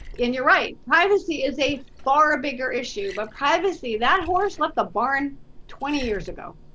in your right privacy is a far bigger issue but privacy that horse left the barn twenty years ago.